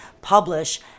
publish